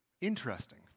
interesting